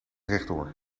rechtdoor